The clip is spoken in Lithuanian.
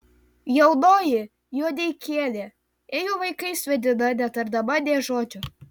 jaunoji juodeikienė ėjo vaikais vedina netardama nė žodžio